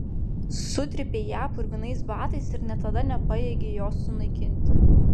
sutrypei ją purvinais batais ir net tada nepajėgei jos sunaikinti